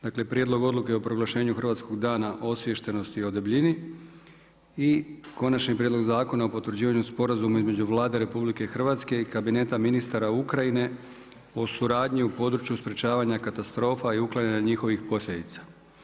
Dakle Prijedlog odluke o proglašenju Hrvatskog dana osviještenosti o debljini i Konačni prijedlog Zakona o potvrđivanju Sporazuma između Vlade Republike Hrvatske i kabineta ministara Ukrajine o suradnji u području sprječavanja katastrofa i uklanjanja njihovih posljedica.